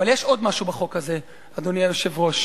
אבל יש עוד משהו בחוק הזה, אדוני היושב-ראש.